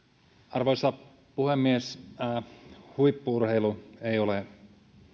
arvoisa puhemies huippu urheilu ei ole